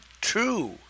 true